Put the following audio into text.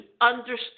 understand